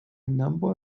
number